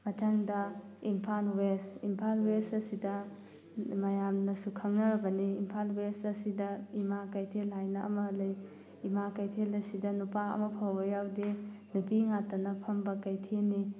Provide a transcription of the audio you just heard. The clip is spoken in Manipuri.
ꯃꯊꯪꯗ ꯏꯝꯐꯥꯜ ꯋꯦꯁ ꯏꯝꯐꯥꯜ ꯋꯦꯁ ꯑꯁꯤꯗ ꯃꯌꯥꯝꯅꯁꯨ ꯈꯪꯅꯔꯕꯅꯤ ꯏꯝꯐꯥꯜ ꯋꯦꯁ ꯑꯁꯤꯗ ꯏꯝꯥ ꯀꯩꯊꯦꯜ ꯍꯥꯏꯅ ꯑꯃ ꯂꯩ ꯏꯃꯥ ꯀꯩꯊꯦꯜ ꯑꯁꯤꯗ ꯅꯨꯄꯥ ꯑꯃ ꯐꯥꯎꯕ ꯌꯥꯎꯗꯦ ꯅꯨꯄꯤ ꯉꯥꯛꯇꯅ ꯐꯝꯕ ꯀꯩꯊꯦꯟꯅꯤ